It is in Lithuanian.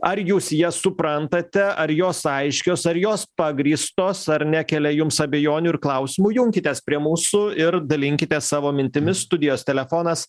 ar jūs jas suprantate ar jos aiškios ar jos pagrįstos ar nekelia jums abejonių ir klausimų junkitės prie mūsų ir dalinkitės savo mintimis studijos telefonas